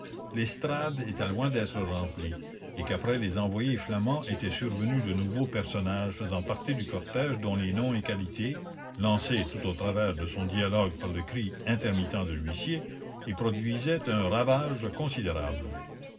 l'estrade était loin d'être remplie et qu'après les envoyés flamands étaient survenus de nouveaux personnages faisant partie du cortège dont les noms et qualités lancés tout au travers de son dialogue par le cri intermittent de l'huissier y produisaient un ravage considérable